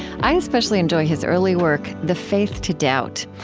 i especially enjoy his early work, the faith to doubt.